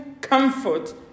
comfort